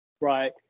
Right